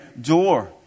door